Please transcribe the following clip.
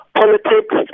politics